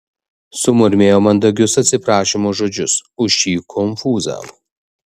sumurmėjo mandagius atsiprašymo žodžius už šį konfūzą